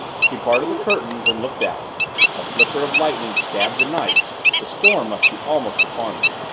she parted the curtains and looked out a flicker of lightning stabbed the night the storm must be almost upon them.